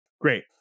Great